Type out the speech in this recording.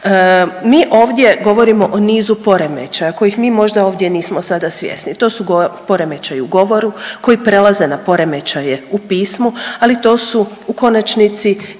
Mi ovdje govorimo o nizu poremećaja kojih mi možda ovdje nismo sada svjesni. To su poremećaji u govoru koji prelaze na poremećaje u pismu, ali to su konačnici i